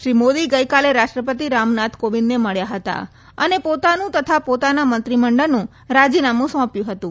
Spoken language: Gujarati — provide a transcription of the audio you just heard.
શ્રી મોદી ગઇકાલે રાષ્ટ્રપતિ રામનાથ કોવિંદને મળ્યા હતા અને પોતાનું તથા પોતાના મંત્રીમંડળનું રાજીનામું સોંપ્યું હતું